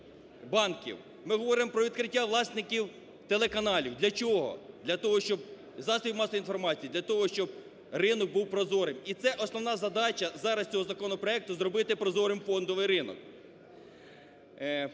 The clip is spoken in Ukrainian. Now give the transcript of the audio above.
Ми говоримо про відкриття власників телеканалів. Для чого? Для того щоб засоби масової інформації, для того щоб ринок був прозорим. І це основна задача зараз цього законопроекту – зробити прозорим фондовий ринок.